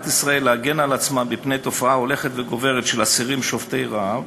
ישראל להגן על עצמה מפני תופעה הולכת וגוברת של אסירים שובתי רעב